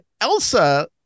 Elsa